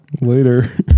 Later